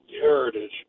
heritage